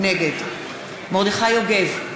נגד מרדכי יוגב,